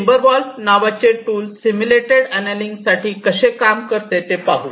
TimberWolf नावाचे tool simulated annealing साठी कसे काम करते ते पाहू